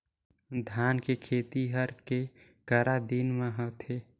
धान के खेती हर के करा दिन म होथे?